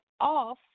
off